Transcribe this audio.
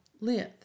length